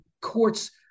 courts